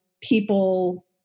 people